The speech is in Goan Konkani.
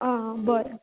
आ बरें